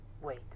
Wait